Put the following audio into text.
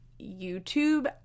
YouTube